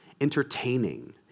entertaining